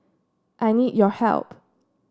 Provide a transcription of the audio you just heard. I need your help